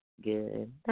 Good